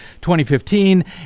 2015